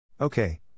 Okay